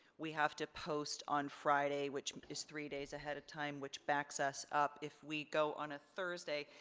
we have to post on friday, which is three days ahead of time which backs us up. if we go on a thursday,